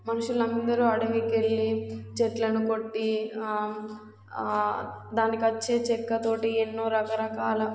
మనుషులందరూ అడవికెళ్ళి చెట్లను కొట్టి దానికోచ్చే చెక్కతోటి ఎన్నో రకరకాల